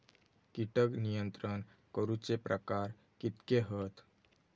कीटक नियंत्रण करूचे प्रकार कितके हत?